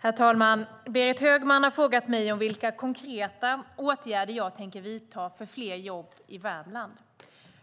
Herr talman! Berit Högman har frågat mig vilka konkreta åtgärder jag tänker vidta för fler jobb i Värmland.